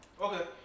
Okay